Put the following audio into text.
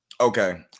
okay